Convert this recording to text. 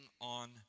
on